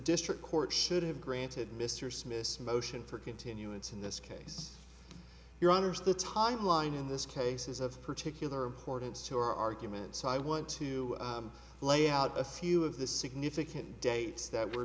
district court should have granted mr smith's motion for continuance in this case your honour's the timeline in this case is of particular importance to our argument so i want to lay out a few of the significant dates that we're